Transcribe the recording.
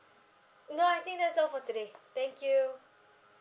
no I think that's all for today thank you